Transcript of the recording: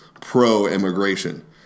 pro-immigration